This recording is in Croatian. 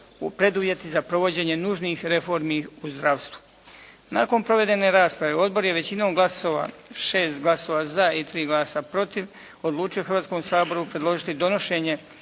preduvjeti za provođenje nužnih reformi u zdravstvu. Nakon provedene rasprave odbor je većinom glasova, 6 glasova za i 3 glasa protiv odlučio Hrvatskom saboru predložiti donošenje